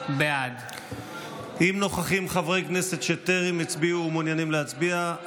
בעד אם נוכחים חברי כנסת שטרם הצביעו ומעוניינים להצביע,